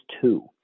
two